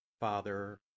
Father